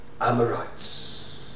Amorites